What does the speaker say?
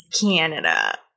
Canada